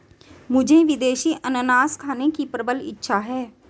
मुझे विदेशी अनन्नास खाने की प्रबल इच्छा है